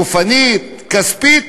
גופנית וכספית,